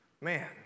Man